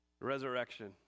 Resurrection